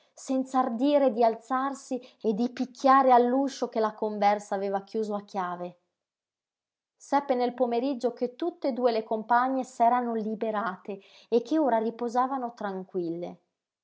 senza ardire di alzarsi e di picchiare all'uscio che la conversa aveva chiuso a chiave seppe nel pomeriggio che tutte e due le compagne s'erano liberate e che ora riposavano tranquille